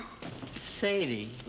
Sadie